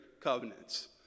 covenants